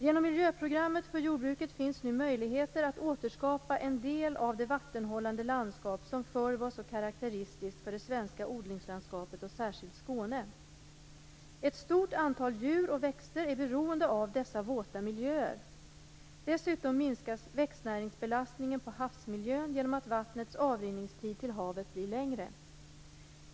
Genom miljöprogrammet för jordbruket finns nu möjligheter att återskapa en del av det vattenhållande landskap som förr var så karakteristiskt för det svenska odlingslandskapet och särskilt Skåne. Ett stor antal djur och växter är beroende av dessa våta miljöer. Dessutom minskas växtnäringsbelastningen på havsmiljön genom att vattnets avrinningstid till havet blir längre.